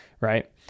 Right